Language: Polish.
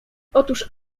otóż